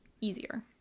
easier